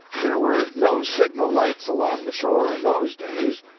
there were no signal-lights along the shore in those days,